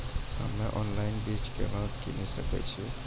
हम्मे ऑनलाइन बीज केना के किनयैय?